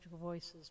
voices